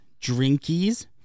drinkies